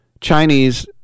Chinese